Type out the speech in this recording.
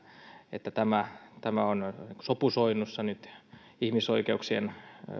että tämä tämä on sopusoinnussa nyt ihmisoikeuksien